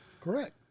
Correct